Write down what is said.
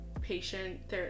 patient